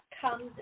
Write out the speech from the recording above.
comes